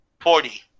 Forty